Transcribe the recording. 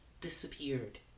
disappeared